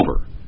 over